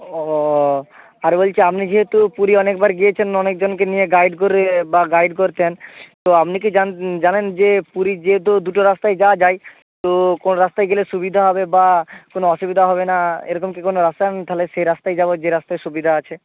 ও বাবা আর বলছি আপনি যেহেতু পুরী অনেকেবারই গিয়েছেন অনেকজনকে নিয়ে গাইড করে বা গাইড করতেন তো আপনি কি জানেন যে পুরীর যেহেতু দুটো রাস্তায় যাওয়া যায় তো কোন রাস্তায় গেলে সুবিধা হবে বা কোনো অসুবিধা হবে না এরকম কি কোনো আসান তাহলে সে রাস্তায় যাবো যে রাস্তায় সুবিধা আছে